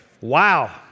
Wow